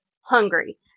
hungry